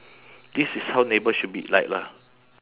this is how neighbour should be like lah